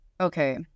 Okay